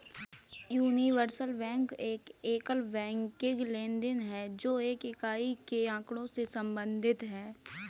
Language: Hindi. यूनिवर्सल बैंक एक एकल बैंकिंग लेनदेन है, जो एक इकाई के आँकड़ों से संबंधित है